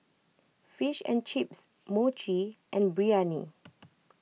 Fish and Chips Mochi and Biryani